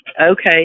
Okay